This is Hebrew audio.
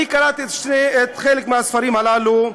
אני קראתי חלק מהספרים הללו,